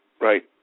right